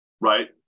right